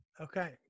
Okay